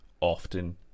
often